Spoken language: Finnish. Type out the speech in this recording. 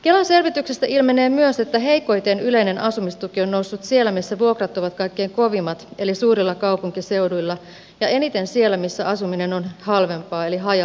kelan selvityksestä ilmenee myös että heikoiten yleinen asumistuki on noussut siellä missä vuokrat ovat kaikkein kovimmat eli suurilla kaupunkiseuduilla ja eniten siellä missä asuminen on halvempaa eli haja asutusalueilla